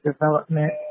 development